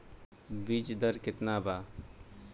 बीज दर केतना वा?